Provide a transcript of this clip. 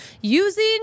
using